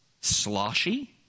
sloshy